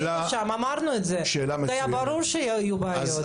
אמרנו את זה, היה ברור שיהיו בעיות.